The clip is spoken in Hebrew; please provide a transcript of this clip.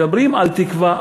מדברים על תקווה,